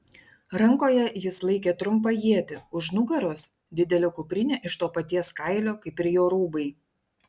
rankoje jis laikė trumpą ietį už nugaros didelė kuprinė iš to paties kailio kaip ir jo rūbai